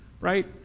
Right